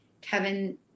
Kevin